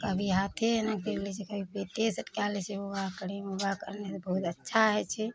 कभी हाथे एना करि लै छै कभी पेटे सटका लै छै योगा करयमे योगा करय से बहुत अच्छा होइ छै